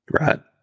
Right